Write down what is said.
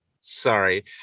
sorry